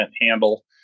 handle